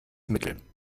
mittel